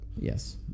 Yes